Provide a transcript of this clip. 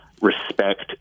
respect